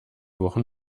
wochen